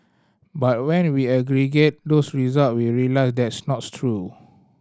but when we aggregate those result we realise that's not true